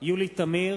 יולי תמיר,